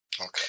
Okay